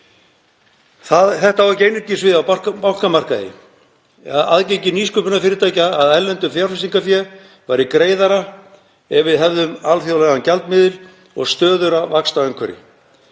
Það á ekki einungis við á bankamarkaði. Aðgengi nýsköpunarfyrirtækja að erlendu fjárfestingarfé væri greiðara ef við hefðum alþjóðlegan gjaldmiðil og stöðugra vaxtaumhverfi.